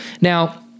Now